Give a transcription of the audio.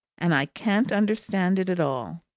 and i can't understand it at all.